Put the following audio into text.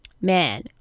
man